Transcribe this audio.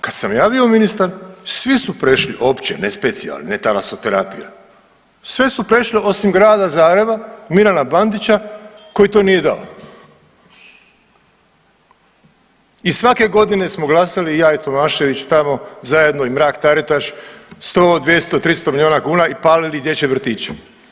Kad sam ja bio ministar svi su prešli opće ne specijalne, ne talasoterapija, sve su prešle osim Grada Zagreba, Milana Bandića koji to nije dao i svake godine smo glasali ja i Tomašević tamo zajedno i Mrak-Taritaš 100, 200, 300 milijuna kuna i palili dječje vrtiće.